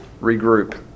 regroup